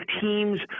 teams